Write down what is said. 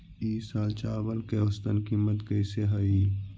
ई साल चावल के औसतन कीमत कैसे हई?